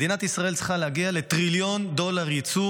מדינת ישראל צריכה להגיע לטריליון דולר ייצוא